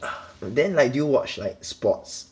then like do you watch like sports